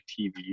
TV